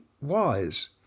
wise